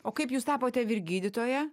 o kaip jūs tapote vyr gydytoja